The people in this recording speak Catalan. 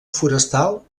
forestal